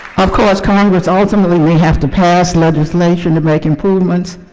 of course, congress ultimately will have to pass legislation to make improvements,